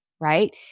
right